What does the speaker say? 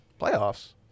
playoffs